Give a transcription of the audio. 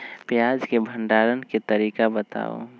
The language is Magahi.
प्याज के भंडारण के तरीका बताऊ?